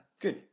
Good